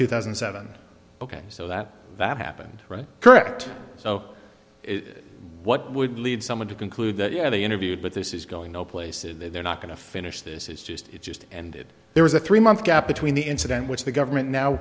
two thousand and seven ok so that that happened right correct so it what would lead someone to conclude that yeah they interviewed but this is going no places they're not going to finish this is just it just ended there was a three month gap between the incident which the government now